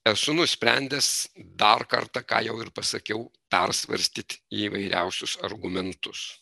esu nusprendęs dar kartą ką jau ir pasakiau persvarstyti įvairiausius argumentus